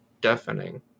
deafening